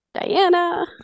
Diana